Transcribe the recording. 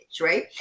right